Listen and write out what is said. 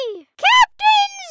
Captain